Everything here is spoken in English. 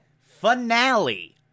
finale